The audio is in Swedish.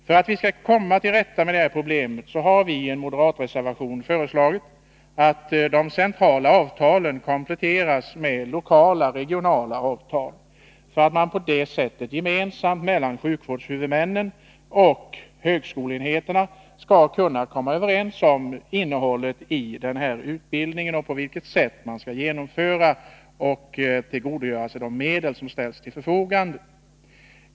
För att man skall kunna komma till rätta med det här problemet har vi i en moderat reservation föreslagit att de centrala avtalen kompletteras med lokala och regionala avtal, så att man på det sättet gemensamt mellan sjukvårdshuvudmännen och högskoleenheterna skall kunna komma överens om innehållet i utbildningen, på vilket sätt den skall genomföras och på vilket sätt man skall tillgodogöra sig de medel som ställs till förfogande.